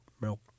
milk